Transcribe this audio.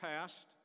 past